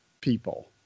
people